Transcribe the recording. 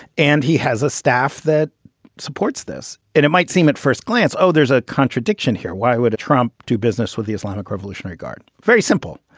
and he has a staff that supports this and it might seem at first glance. oh, there's a contradiction here. why would a trump do business with the islamic revolutionary guard? very simple.